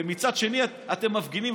ומצד שני אתם מפגינים,